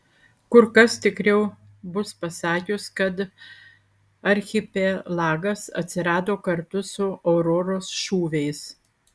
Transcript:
kur kas tikriau bus pasakius kad archipelagas atsirado kartu su auroros šūviais